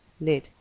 lid